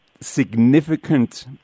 significant